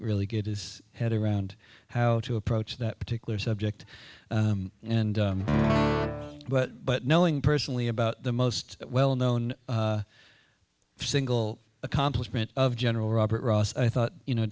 really get his head around how to approach that particular subject and but but knowing personally about the most well known single accomplishment of general robert ross i thought you know